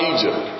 Egypt